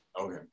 Okay